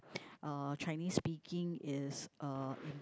uh Chinese speaking is uh